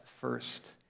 first